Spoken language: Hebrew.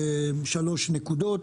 שלוש נקודות,